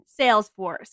Salesforce